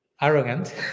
arrogant